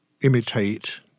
imitate